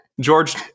George